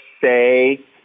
say